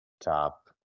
top